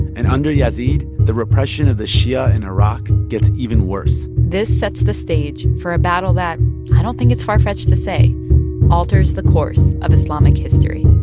and under yazid, the repression of the shia in iraq gets even worse this sets the stage for a battle that i don't think it's far-fetched to say alters the course of islamic history